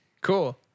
Cool